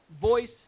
voice